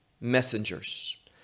messengers